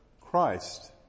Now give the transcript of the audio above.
Christ